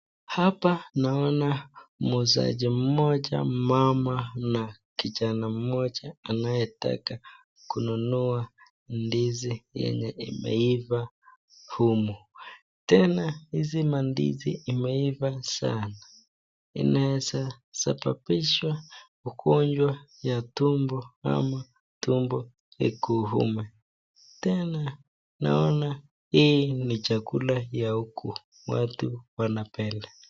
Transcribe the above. Hapa naona muuzaji mmoja mama na kijana moja anayetaka kununua ndizi yenye imeivaa humu, tena hizi mandizi imeiva sana inaweza sababisha ugonjwa wa tumbo ama tumbo ikuume tena naona hii ni chakula ya huku, watu wanapenda.